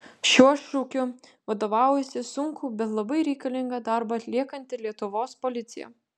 šiuo šūkiu vadovaujasi sunkų bet labai reikalingą darbą atliekanti lietuvos policija